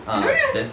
macam mana